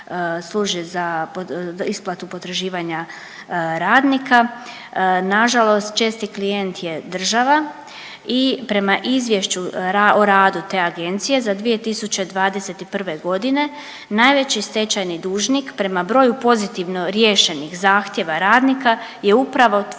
služi isplatu potraživanja radnika, nažalost česti klijent je država i prema izvješću o radu te agencije za 2021. godine najveći stečajni dužnik prema broju pozitivno riješenih zahtjeva radnika je upravo tvornica